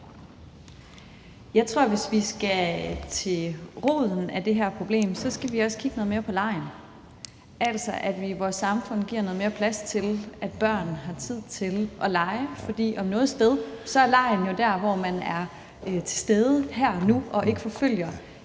Jeg tror, at vi, hvis vi skal ind til roden af det her problem, også skal kigge noget mere på legen, altså at vi i vores samfund giver noget mere plads til, at børn har tid til at lege. For om noget sted er legen jo der, hvor man er til stede her og nu og ikke forfølger